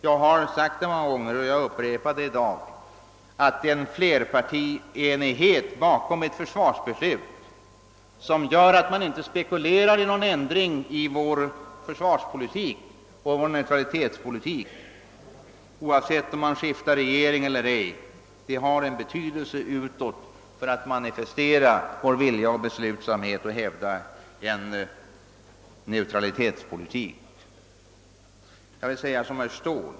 Jag har sagt många gånger förr och jag upprepar i dag att en flerpartienighet bakom ett försvarsbeslut, vilken gör att man inte behöver befara spekulationer i ändringar av vår försvarspolitik och vår neutralitetspolitik oavsett om regeringen skiftar eller ej, har en betydelse för att utåt manifestera vår vilja och beslutsamhet att hävda vår neutralitetspolitik.